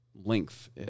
length